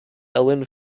ellen